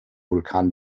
vulkan